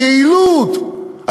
היעילות,